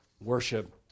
worship